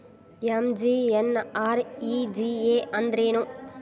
MGNREGA ಅಂದ್ರೆ ಏನು?